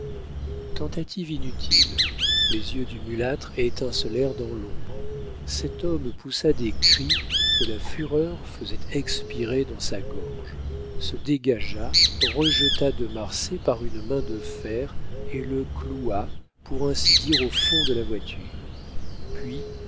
tentative inutile les yeux du mulâtre étincelèrent dans l'ombre cet homme poussa des cris que la fureur faisait expirer dans sa gorge se dégagea rejeta de marsay par une main de fer et le cloua pour ainsi dire au fond de la voiture puis